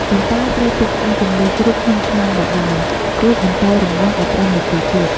ប៉ុន្តែត្រូវទុកឆ្អឹងជំនីជ្រូកក្នុងឆ្នាំងដដែល រួចបន្តរំងាស់១៥នាទីទៀត។